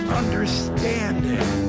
understanding